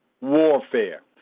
warfare